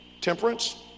temperance